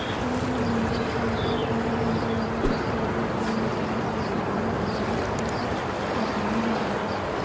कोनो भी मनखे ल अइसन कोनो ढंग के जादा रिस्क वाले काम नइ करना चाही जेखर ले उबरना काहेक के परसानी हो जावय